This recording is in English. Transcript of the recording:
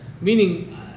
meaning